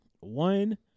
One